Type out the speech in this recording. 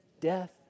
death